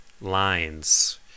lines